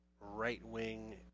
right-wing